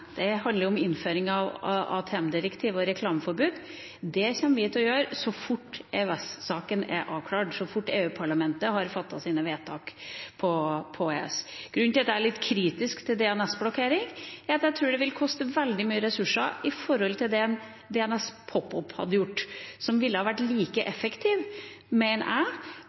Det handler om innføring av AMT-direktivet og reklameforbud. Det kommer vi til å gjøre så fort EØS-saken er avklart, så fort EU-parlamentet har fattet sine vedtak. Grunnen til at jeg er litt kritisk til DNS-blokkering, er at jeg tror det vil koste veldig mange ressurser i forhold til det DNS pop-up ville gjort, som ville vært like effektiv, mener jeg,